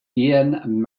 ian